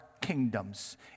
kingdoms